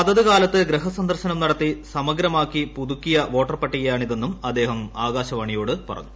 അതത് കാലത്ത് ഗൃഹസന്ദർശനം നടത്തി സമഗ്രമാക്കി പുതുക്കിയ വോട്ടർപട്ടികയാണിതെന്നും അദ്ദേഹം ആകാശവാണിയോട് പറഞ്ഞു